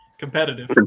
Competitive